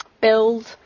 build